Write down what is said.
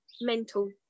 mental